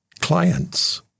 clients